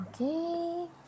Okay